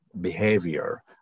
behavior